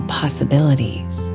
possibilities